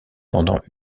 pendant